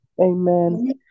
Amen